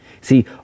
See